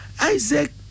Isaac